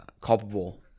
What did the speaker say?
culpable